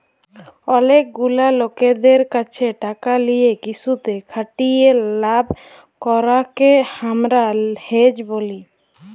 অলেক গুলা লকদের ক্যাছে টাকা লিয়ে কিসুতে খাটিয়ে লাভ করাককে হামরা হেজ ব্যলি